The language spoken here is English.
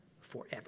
forever